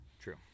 True